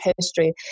history